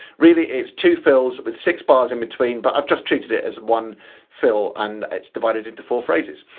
really it's two fills with six bars in between, but i've just treated it as one fill and it's divided into four phrases.